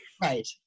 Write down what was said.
Right